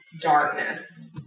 darkness